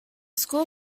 school